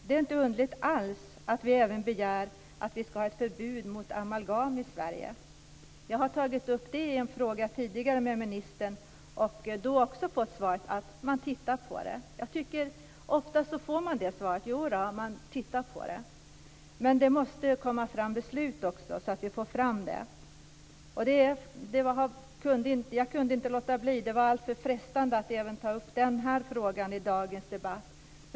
Det är således inte alls underligt att vi även begär att vi skall ha förbud mot användning av amalgam i Sverige. Jag har tidigare tagit upp detta i en fråga till ministern och fick också då svaret att man tittar på saken. Oftast får man just svaret att man tittar på saken. Men det måste också komma ett beslut så att vi kommer fram här. Jag kunde inte låta bli - det var alltför frestande - att även ta upp frågan i dagens debatt.